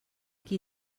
qui